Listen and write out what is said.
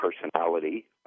personality